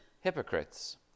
hypocrites